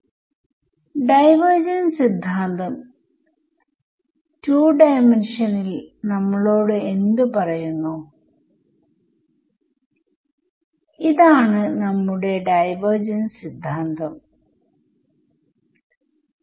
എനിക്ക് second order ഡെറിവേറ്റീവിന്റെ approximation വേണം ഞാൻ ഇത് കൂട്ടിയാൽ ഇവിടെ എന്ത് കിട്ടും ഇത് ശരിയാണോ അതോ നമ്മൾ എന്തെങ്കിലും ഒഴിവാക്കിപ്പോയോ